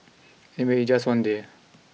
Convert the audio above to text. anyway it's just one day